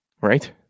right